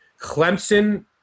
Clemson